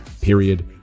period